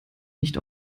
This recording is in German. nicht